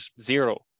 zero